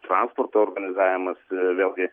transporto organizavimas vėl gi